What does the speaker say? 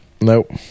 Nope